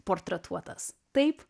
portretuotas taip